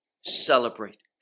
celebrate